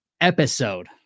episode